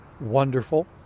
wonderful